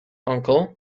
uncle